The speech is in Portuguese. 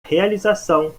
realização